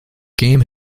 game